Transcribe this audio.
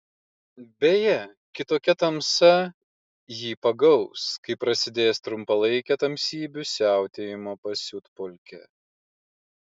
beje kitokia tamsa jį pagaus kai prasidės trumpalaikė tamsybių siautėjimo pasiutpolkė